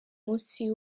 munsi